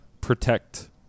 protect